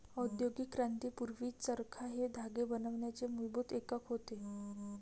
औद्योगिक क्रांती पूर्वी, चरखा हे धागे बनवण्याचे मूलभूत एकक होते